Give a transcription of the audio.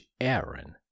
Aaron